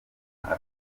afite